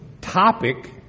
topic